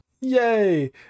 Yay